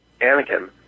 Anakin